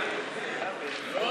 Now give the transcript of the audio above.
הכנסת (תיקון,